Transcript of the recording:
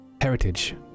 Heritage